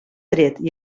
dret